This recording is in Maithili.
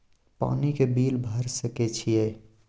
पानी के बिल भर सके छियै?